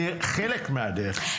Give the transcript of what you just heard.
פתרון הוליסטי,